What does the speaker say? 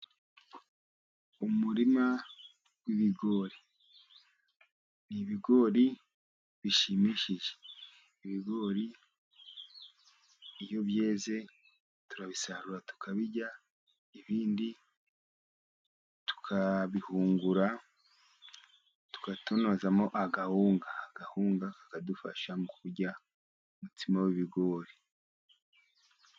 Umurima w'ibigori, ni ibigori bishimishije. Ibigori iyo byeze turabisarura tukabirya, ibindi tukabihungura tugatonozamo akawunga. Akawunga kakadufasha mu kurya umutsima w'ibigori.